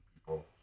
people